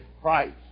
Christ